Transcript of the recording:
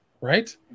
right